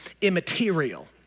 immaterial